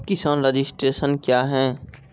किसान रजिस्ट्रेशन क्या हैं?